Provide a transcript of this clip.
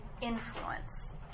influence